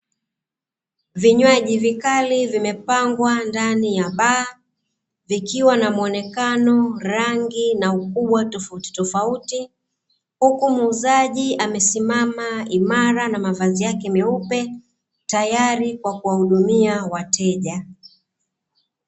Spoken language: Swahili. Vinywaji vikali vimepangwa ndani ya, baa, vikiwa na muonekano, rangi, na ukubwa tofauti tofauti huku muuzaji amesimama imara na mavazi yake meupe tayari kwa kuwahudumia wateja.